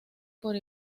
por